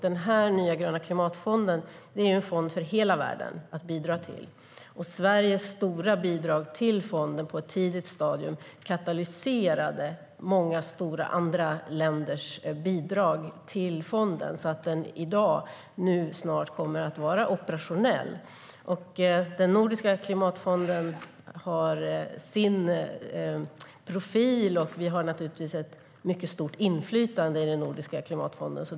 Denna nya fond, Gröna klimatfonden, är en fond för hela världen att bidra till. Sveriges stora bidrag till fonden på ett tidigt stadium katalyserade många andra länders bidrag till fonden, så att den snart kommer att vara operationell. Nordiska klimatfonden har sin profil, och vi har naturligtvis ett mycket stort inflytande i den.